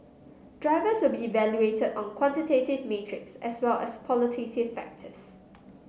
drivers will be evaluated on quantitative metrics as well as qualitative factors